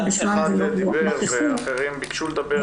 אחד דיבר ואחרים ביקשו לדבר,